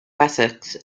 wessex